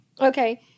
Okay